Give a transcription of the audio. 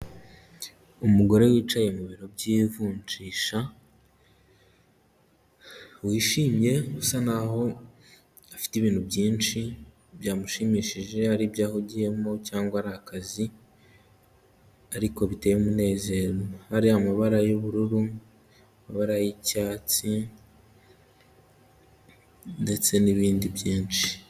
Umugore wicaye mu biro by'ivunjisha, wishimye usa nk'aho afite ibintu byinshi byamushimishije, ari byo ahugiyemo cyangwa ari akazi, ariko biteye umunezero, hari amabara y'ubururu, amabara y'icyatsi ndetse n'ibindi byinshi.